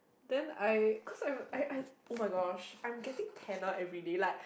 then I cause I'm I I oh-my-gosh I'm getting tanner everyday like